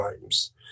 times